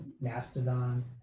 Mastodon